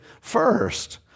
first